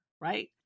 Right